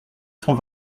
cent